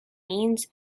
means